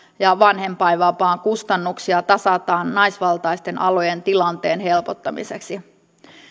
ja vanhempainvapaan kustannuksia tasataan naisvaltaisten alojen tilanteen helpottamiseksi